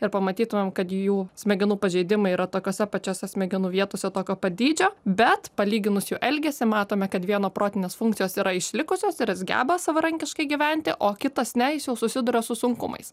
ir pamatytumėm kad jų smegenų pažeidimai yra tokiose pačiose smegenų vietose tokio pat dydžio bet palyginus jų elgesį matome kad vieno protinės funkcijos yra išlikusios ir jis geba savarankiškai gyventi o kitas ne jis jau susiduria su sunkumais